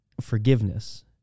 forgiveness